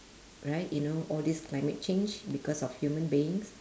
right you know all these climate change because of human beings